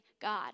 god